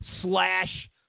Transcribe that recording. slash